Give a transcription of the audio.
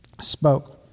spoke